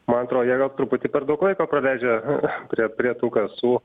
man atrodo na truputį per daug laiko praleidžia prie prie tų kasų